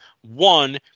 one